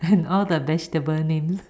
and all the vegetable names